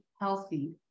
healthy